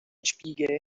spiegel